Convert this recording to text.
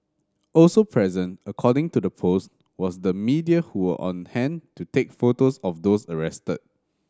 also present according to the post was the media who were on hand to take photos of those arrested